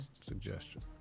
suggestion